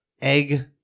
Egg